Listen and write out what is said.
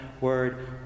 word